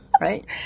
right